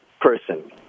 person